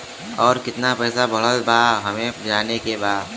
और कितना पैसा बढ़ल बा हमे जाने के बा?